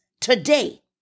today